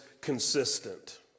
consistent